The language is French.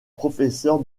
professeur